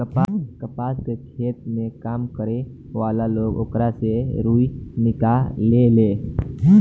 कपास के खेत में काम करे वाला लोग ओकरा से रुई निकालेले